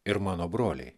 ir mano broliai